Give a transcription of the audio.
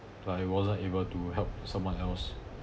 like I wasn't able to help someone else